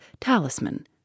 talisman